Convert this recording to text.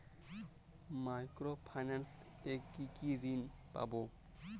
Micro finance এ কি কি ঋণ পাবো?